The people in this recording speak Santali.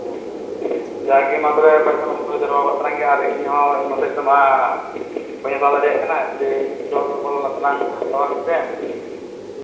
ᱡᱟᱜᱮ ᱢᱟ ᱛᱚᱵᱮ ᱯᱚᱭᱥᱟ ᱢᱟᱢ ᱫᱚᱦᱚ ᱡᱟᱣᱨᱟ ᱠᱟᱫ ᱜᱮᱭᱟ ᱟᱨ ᱤᱧ ᱦᱚᱸ ᱤᱧ ᱦᱚᱛᱮᱡ ᱛᱮ ᱱᱚᱣᱟ ᱵᱟᱹᱧ ᱦᱟᱛᱟᱣ ᱫᱟᱲᱮᱭᱟᱜ ᱠᱟᱱᱟ ᱡᱮ ᱫᱚᱞ ᱵᱚᱞ ᱟᱛᱮᱫ ᱞᱟᱝ ᱦᱟᱛᱟᱣᱟ ᱢᱤᱫᱴᱮᱱ ᱦᱮᱸ